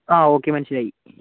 ആ ഓക്കെ മനസ്സിലായി